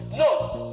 notes